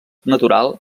natural